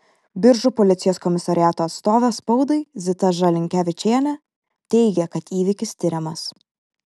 biržų policijos komisariato atstovė spaudai zita žalinkevičienė teigė kad įvykis tiriamas